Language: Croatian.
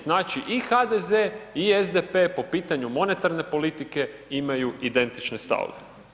Znači i HDZ i SDP po pitanju monetarne politike imaju identične stavove.